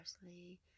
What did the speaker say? parsley